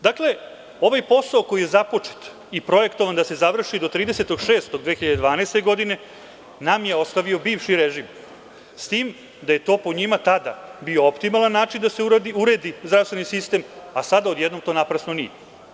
Dakle, ovaj posao koji je započet i projektovan da se završi do 30. juna 2012. godine nam je ostavio bivši režim, s tim da je to po njima tada bio optimalan način da se uredi zdravstveni sistem, a sada odjednom naprasno nije.